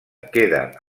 queda